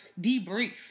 debrief